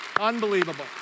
Unbelievable